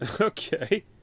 Okay